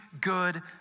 good